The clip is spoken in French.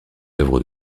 œuvres